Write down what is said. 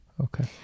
okay